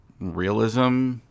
realism